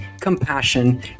compassion